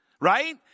right